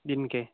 दिन के